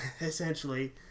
Essentially